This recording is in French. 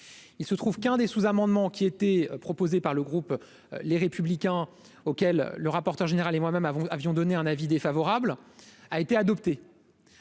il se trouve qu'un des sous-amendements qui étaient proposés par le groupe Les Républicains auquel le rapporteur général et moi-même avons avions donné un avis défavorable, a été adoptée,